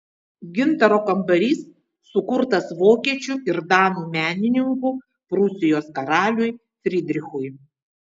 gintaro kambarys sukurtas vokiečių ir danų menininkų prūsijos karaliui frydrichui